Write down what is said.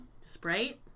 Sprite